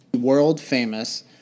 world-famous